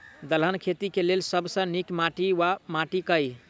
दलहन खेती केँ लेल सब सऽ नीक माटि वा माटि केँ?